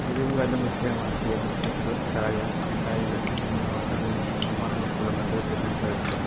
ഒഴിവുകാലം വിഷയമാക്കിയ ബിസ്ക്കറ്റുകൾ ചായ മിഠായികൾ എന്നിവ അവസാന നിമിഷ സമ്മാനങ്ങൾക്കുള്ള നല്ലൊരു തിരഞ്ഞെടുപ്പായിരിക്കാം